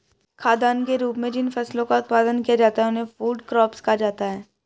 खाद्यान्न के रूप में जिन फसलों का उत्पादन किया जाता है उन्हें फूड क्रॉप्स कहा जाता है